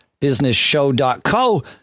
businessshow.co